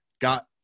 got